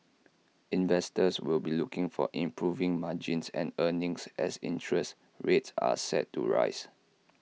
investors will be looking for improving margins and earnings as interest rates are set to rise